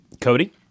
Cody